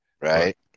Right